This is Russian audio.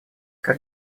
как